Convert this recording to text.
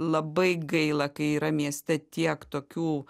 labai gaila kai yra mieste tiek tokių